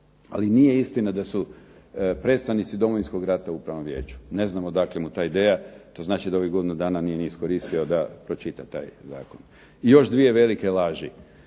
ali nije istina da su predstavnici Domovinskog rata u upravnom vijeću, ne znam odakle mu ta ideja, to znači da ovih godinu dana nije iskoristio da pročita taj zakon. I još dvije velike laži,